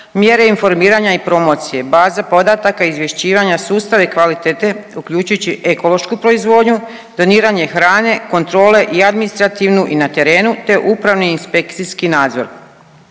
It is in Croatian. mjere informiranja i promocije, baze podataka, izvješćivanja sustava i kvalitete uključujući ekološku proizvodnu, doniranje hrane, kontrole i administrativnu i na terenu, te upravni i inspekcijski nadzor.